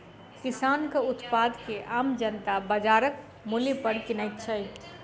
किसानक उत्पाद के आम जनता बाजारक मूल्य पर किनैत छै